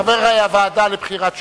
חבר הוועדה לבחירת שופטים.